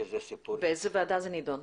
באיזו ועדה זה נדון?